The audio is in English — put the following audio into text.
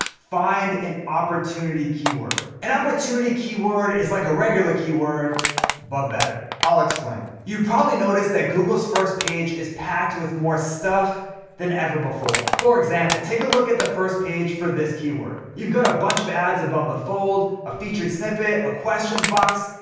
find an opportunity keyword. an opportunity keyword is like a regular keyword but better. i'll explain. you probably noticed that google's first page is packed with more stuff than ever before. for example, take a look at the first page for this keyword. you've got a bunch of ads above the fold, a featured snippet, a questions box,